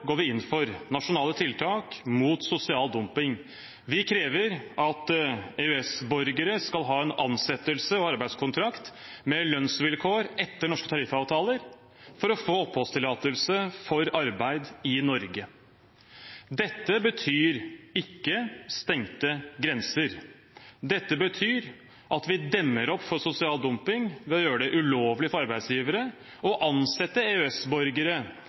går vi inn for nasjonale tiltak mot sosial dumping. Vi krever at EØS-borgere skal ha en ansettelses- og arbeidskontrakt med lønnsvilkår etter norske tariffavtaler for å få oppholdstillatelse for å arbeide i Norge. Dette betyr ikke stengte grenser. Dette betyr at vi demmer opp for sosial dumping ved å gjøre det ulovlig for arbeidsgivere å ansette